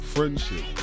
Friendship